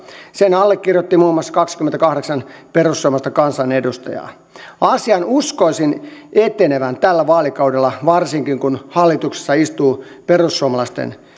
sen allekirjoitti muun muassa kaksikymmentäkahdeksan perussuomalaista kansanedustajaa asian uskoisin etenevän tällä vaalikaudella varsinkin kun hallituksessa istuu perussuomalaisten